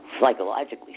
psychologically